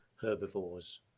herbivores